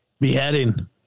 Beheading